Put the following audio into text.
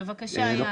בבקשה.